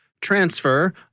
transfer